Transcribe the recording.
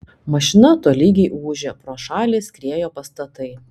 mašina tolygiai ūžė pro šalį skriejo pastatai